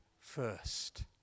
first